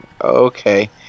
Okay